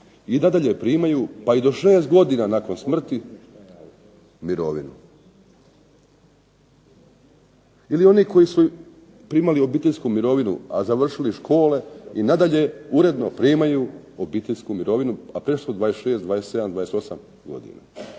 i nadalje primaju pa i do 6 godina nakon smrti mirovinu. Ili oni koji su primali obiteljsku mirovinu, a završili škole i nadalje uredno primaju obiteljsku mirovinu, a prešli su 26, 27, 28 godina,